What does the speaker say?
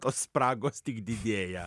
tos spragos tik didėja